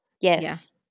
yes